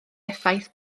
effaith